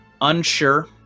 Unsure